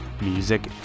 music